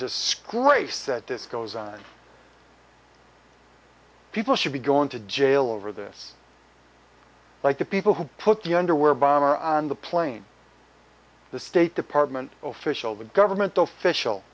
disgrace that this goes on people should be going to jail over this like the people who put the underwear bomber on the plane the state department official the government official